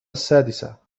السادسة